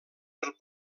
del